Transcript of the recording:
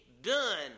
done